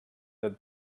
the